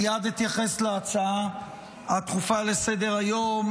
מייד אתייחס להצעה הדחופה לסדר-היום,